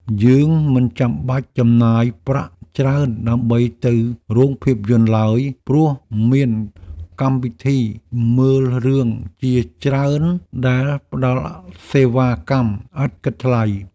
យើងមិនចាំបាច់ចំណាយប្រាក់ច្រើនដើម្បីទៅរោងភាពយន្តឡើយព្រោះមានកម្មវិធីមើលរឿងជាច្រើនដែលផ្ដល់សេវាកម្មឥតគិតថ្លៃ។